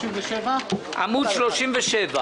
337 אושרו.